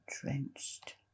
drenched